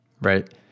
right